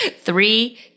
three